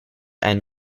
and